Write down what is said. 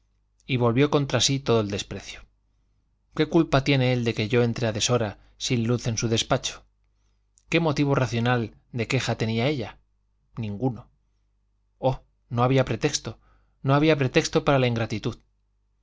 y volvió contra sí todo el desprecio qué culpa tiene él de que yo entre a deshora sin luz en su despacho qué motivo racional de queja tenía ella ninguno oh no había pretexto no había pretexto para la ingratitud